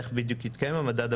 איך בדיוק יתקיים המדד.